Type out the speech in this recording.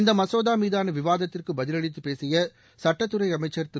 இந்த மசோதாமீதான விவாதத்திற்கு பதிலளித்துப் பேசிய சுட்டத்துறை அமைச்சர் திரு